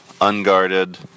unguarded